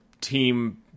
team